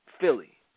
Philly